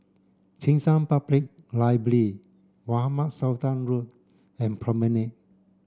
Cheng San Public Library Mohamed Sultan Road and Promenade